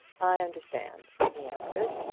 i understand, he answered.